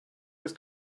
ist